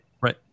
Right